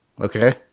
Okay